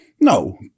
No